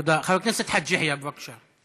חבר הכנסת חאג' יחיא, בבקשה.